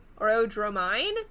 Orodromine